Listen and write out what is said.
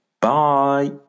Bye